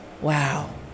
wow